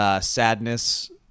sadness